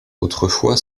autrefois